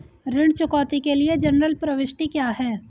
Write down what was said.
ऋण चुकौती के लिए जनरल प्रविष्टि क्या है?